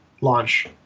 launch